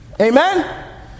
amen